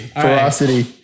Ferocity